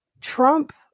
Trump